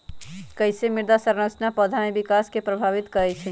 कईसे मृदा संरचना पौधा में विकास के प्रभावित करई छई?